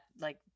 like-